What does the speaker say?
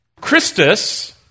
Christus